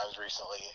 recently